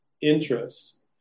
interest